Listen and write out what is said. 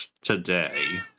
today